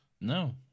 No